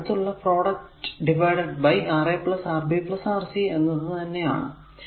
അത് അടുത്തുള്ള product divided by Ra Rb Rc എന്നത് തന്നെ ആണ്